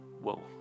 whoa